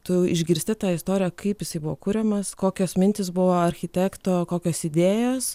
tu išgirsti tą istoriją kaip jisai buvo kuriamas kokios mintys buvo architekto kokios idėjos